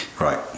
right